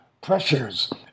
pressures